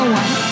one